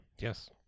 Yes